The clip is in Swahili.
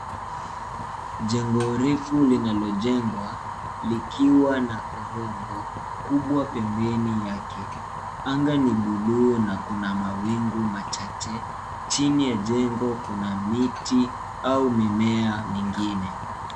Jengo refu linalojengwa , likiwa na korongo kubwa pembeni yake. Anga ni blue na kuna mawingu machache. Chini ya jengo kuna miti au mimea mingine.